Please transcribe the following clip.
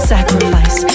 Sacrifice